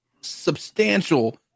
substantial